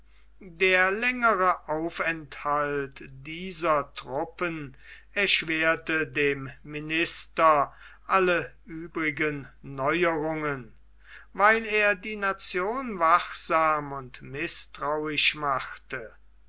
der längere aufenthalt dieser truppen erschwerte dem minister alle übrigen neuerungen weil er die nation wachsam und mißtrauisch machte